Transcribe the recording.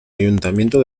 ayuntamiento